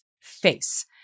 face